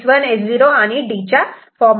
D Y3 S1S0